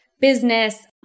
business